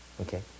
Okay